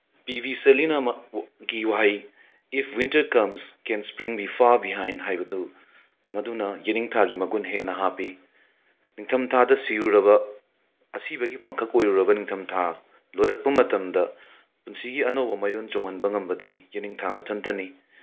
ꯄꯤ B ꯁꯦꯂꯤꯅꯄꯨꯒꯤ ꯋꯥꯍꯩ if winter comes can spring be far behind ꯍꯥꯏꯕꯗꯨ ꯃꯗꯨꯅ ꯌꯦꯅꯤꯡꯊꯥꯒꯤ ꯃꯒꯨꯟ ꯍꯦꯟꯅ ꯍꯥꯞꯄꯤ ꯅꯤꯡꯊꯝꯊꯥꯗ ꯁꯤꯔꯨꯔꯕ ꯑꯁꯤꯕꯒꯤ ꯄꯥꯡꯈꯛ ꯑꯣꯏꯔꯨꯔꯕ ꯅꯤꯡꯊꯝꯊꯥ ꯂꯣꯏꯔꯛꯄ ꯃꯇꯝꯗ ꯄꯨꯟꯁꯤꯒꯤ ꯑꯅꯧꯕ ꯃꯌꯣꯟ ꯆꯣꯡꯍꯟꯕ ꯉꯝꯕꯗꯤ ꯌꯦꯅꯤꯡꯊꯥ ꯃꯊꯟꯇꯅꯤ